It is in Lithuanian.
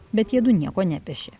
bet jiedu nieko nepešė